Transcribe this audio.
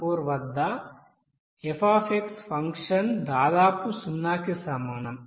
56714 వద్ద f function దాదాపు 0 కి సమానం